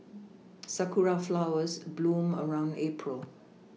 sakura flowers bloom around April